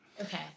okay